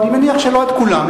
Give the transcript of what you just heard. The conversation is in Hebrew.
אני מניח שלא את כולם.